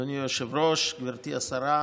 אדוני היושב-ראש, גברתי השרה,